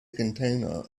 container